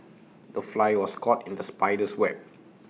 the fly was caught in the spider's web